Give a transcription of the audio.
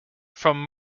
from